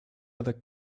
other